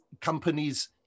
companies